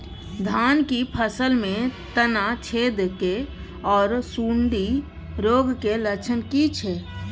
धान की फसल में तना छेदक आर सुंडी रोग के लक्षण की छै?